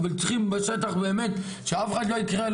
אבל צריכים בשטח באמת שלאף אחד זה לא יקרה,